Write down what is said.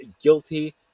guilty